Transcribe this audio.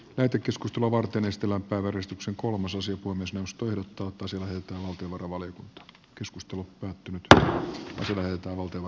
tätä keskustelua varten estellä päivä tällä kertaa on myös jos palvelut tuottaa selvältä mutta normaali keskustelu päättynyt säveltää valtava